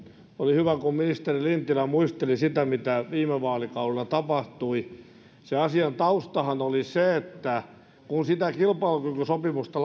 oli hyvä että ministeri lintilä muisteli sitä mitä viime vaalikaudella tapahtui se asian taustahan oli se että kun laadittiin sitä kilpailukykysopimusta